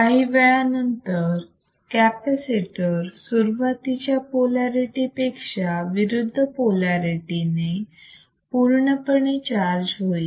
काही वेळानंतर कॅपॅसिटर सुरुवातीच्या पोलारिटी पेक्षा विरुद्ध पोलारिटी ने पूर्णपणे चार्ज होईल